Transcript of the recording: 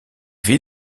vit